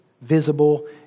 visible